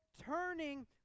turning